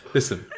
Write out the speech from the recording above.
Listen